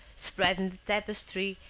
spreading the tapestry,